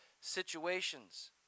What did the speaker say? Situations